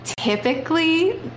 typically